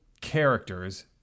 characters